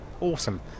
awesome